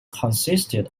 consisted